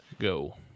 go